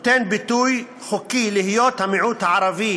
נותן ביטוי חוקי להיות המיעוט הערבי